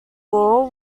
law